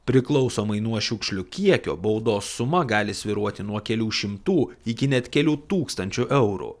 priklausomai nuo šiukšlių kiekio baudos suma gali svyruoti nuo kelių šimtų iki net kelių tūkstančių eurų